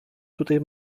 tutaj